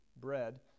bread